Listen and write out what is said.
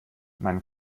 man